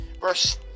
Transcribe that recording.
verse